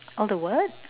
all the what